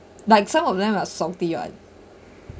like some of them are salty [one]